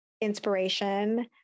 inspiration